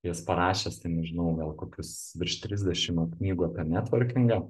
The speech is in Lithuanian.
jis parašęs ten nežinau gal kokius virš trisdešim a knygų apie netvorkingą